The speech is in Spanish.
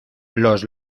los